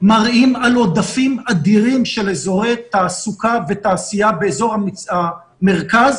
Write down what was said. מראים על עודפים אדירים של אזורי תעסוקה ותעשייה באזור המרכז.